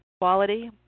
quality